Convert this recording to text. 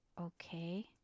okay